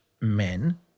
men